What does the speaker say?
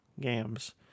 games